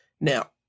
Now